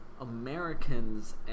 Americans